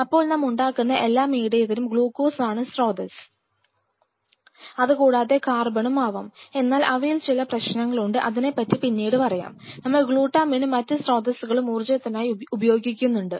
അപ്പോൾ നാം ഉണ്ടാക്കുന്ന എല്ലാ മീഡിയത്തിലും ഗ്ലൂക്കോസാണ് പ്രധാന ഊർജ്ജ സ്രോതസ്സ് അതുകൂടാതെ കാർബണും ആവാം എന്നാൽ അവയിൽ ചില പ്രശ്നങ്ങളുണ്ട് അതിനെ പറ്റി പിന്നീട് പറയാം നമ്മൾ ഗ്ലുറ്റാമിനും മറ്റ് സ്രോതസ്സുകളും ഊർജത്തിനായി ഉപയോഗിക്കുന്നുണ്ട്